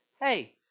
Hey